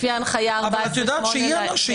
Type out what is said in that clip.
לפי הנחיה 14/8 של פרקליט המדינה.